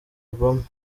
obama